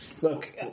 Look